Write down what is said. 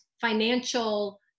financial